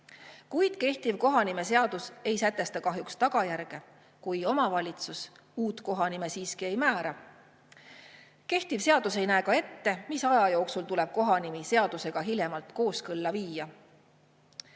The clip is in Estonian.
Kuid kehtiv kohanimeseadus ei sätesta kahjuks tagajärge, kui omavalitsus uut kohanime siiski ei määra. Kehtiv seadus ei näe ka ette, mis aja jooksul tuleb kohanimi seadusega kooskõlla viia.